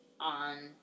on